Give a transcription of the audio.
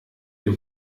ihr